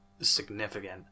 significant